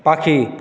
পাখি